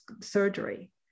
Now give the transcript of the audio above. surgery